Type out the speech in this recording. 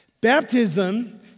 Baptism